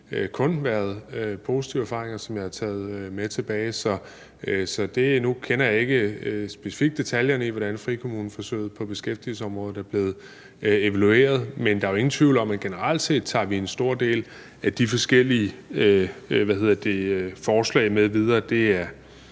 det kun været positive erfaringer, som jeg har taget med tilbage. Nu kender jeg ikke specifikt detaljerne i, hvordan frikommuneforsøget på beskæftigelsesområdet er blevet evalueret, men der er ingen tvivl om, at generelt set tager vi en stor del af de forskellige forslag med videre.